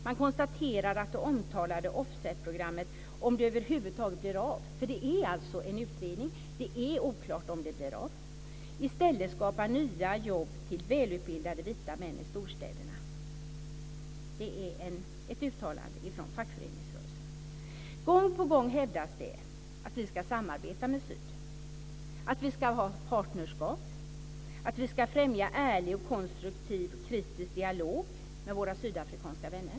Man konstaterar att det omtalade offsetprogrammet - om det över huvud taget blir av, det pågår en utredning och är oklart om det blir av - i stället skapar nya jobb till välutbildade vita män i storstäderna. Det är ett uttalande från fackföreningsrörelsen. Gång på gång hävdas det att vi ska samarbeta med Sydafrika, att vi ska ha partnerskap och att vi ska främja ärlig och konstruktiv kritisk dialog med våra sydafrikanska vänner.